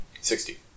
Sixty